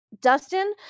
Dustin